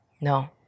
No